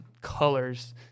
colors